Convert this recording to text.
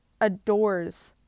adores